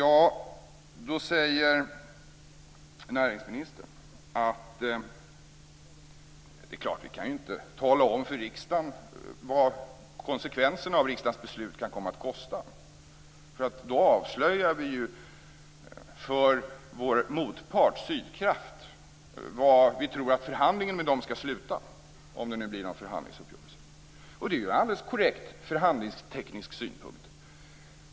Då säger näringsministern att man inte kan tala om för riksdagen vad konsekvenserna av riksdagens beslut kan komma att kosta, för då avslöjar man för sin motpart Sydkraft var man tror att förhandlingen med dem skall sluta, om det nu blir någon förhandlingsuppgörelse. Det är en alldeles korrekt förhandlingsteknisk synpunkt.